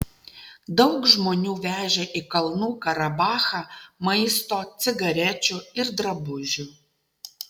daug žmonių vežė į kalnų karabachą maisto cigarečių ir drabužių